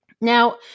Now